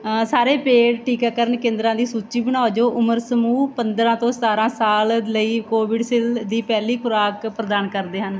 ਸਾਰੇ ਪੇਡ ਟੀਕਾਕਰਨ ਕੇਂਦਰਾਂ ਦੀ ਸੂਚੀ ਬਣਾਓ ਜੋ ਉਮਰ ਸਮੂਹ ਪੰਦਰ੍ਹਾਂ ਤੋਂ ਸਤਰ੍ਹਾਂ ਸਾਲ ਲਈ ਕੋਵਿਡਸ਼ੀਲਡ ਦੀ ਪਹਿਲੀ ਖੁਰਾਕ ਪ੍ਰਦਾਨ ਕਰਦੇ ਹਨ